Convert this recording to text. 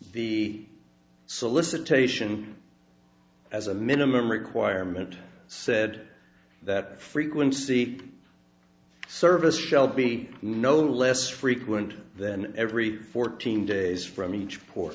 the solicitation as a minimum requirement said that frequency service shall be no less frequent then every fourteen days from each po